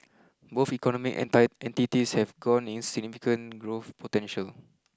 both economic entire entities have got significant growth potential